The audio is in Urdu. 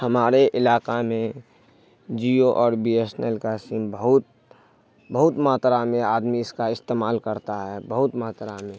ہمارے علاقہ میں جیو اور بی ایس این ایل کا سم بہت بہت ماترا میں آدمی اس کا استعمال کرتا ہے بہت ماترا میں